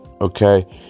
Okay